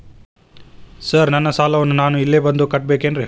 Sir ನನ್ನ ಸಾಲವನ್ನು ನಾನು ಇಲ್ಲೇ ಬಂದು ಕಟ್ಟಬೇಕೇನ್ರಿ?